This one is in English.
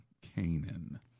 Canaan